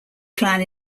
plan